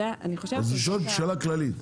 אני שואל שאלה כללית.